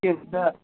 के हुन्छ